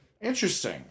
Interesting